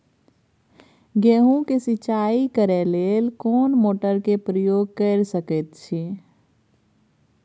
गेहूं के सिंचाई करे लेल कोन मोटर के प्रयोग कैर सकेत छी?